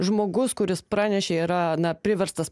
žmogus kuris pranešė yra na priverstas